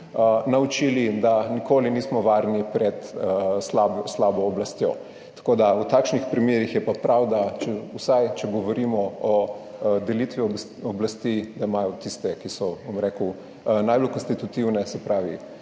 naučili, da nikoli nismo varni pred slabo oblastjo. V takšnih primerih pa je prav, vsaj če govorimo o delitvi oblasti, da imajo tiste, ki so, bom rekel, najbolj konstitutivne, se pravi